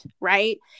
right